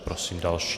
Prosím další.